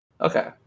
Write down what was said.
Okay